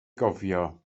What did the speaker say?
gofio